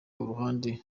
uruhande